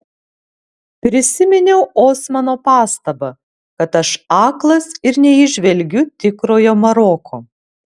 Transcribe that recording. prisiminiau osmano pastabą kad aš aklas ir neįžvelgiu tikrojo maroko